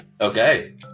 Okay